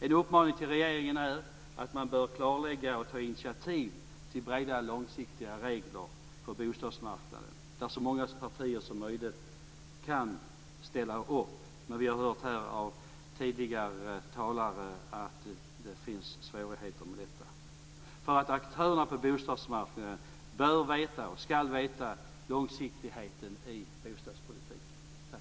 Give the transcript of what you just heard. En uppmaning till regeringen är att man bör klarlägga, och ta initiativ till, breda långsiktiga regler för bostadsmarknaden där så många partier som möjligt kan ställa upp. Men vi har hört av tidigare talare här att det finns svårigheter med detta. Aktörerna på bostadsmarknaden bör veta, och ska veta, hur det långsiktigt blir med bostadspolitiken.